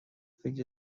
فکر